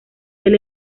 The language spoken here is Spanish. del